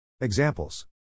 Examples